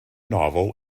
novel